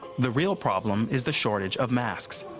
the real problem is the shortage of masks.